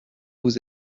vous